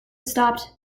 stopped